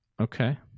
Okay